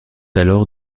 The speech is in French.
alors